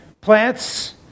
plants